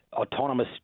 Autonomous